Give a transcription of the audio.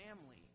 family